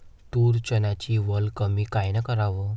तूर, चन्याची वल कमी कायनं कराव?